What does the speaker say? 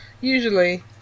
Usually